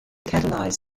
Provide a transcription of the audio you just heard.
catalyze